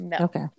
Okay